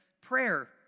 prayer